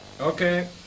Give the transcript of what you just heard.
Okay